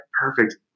perfect